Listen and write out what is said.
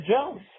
Jones